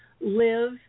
live